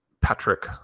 Patrick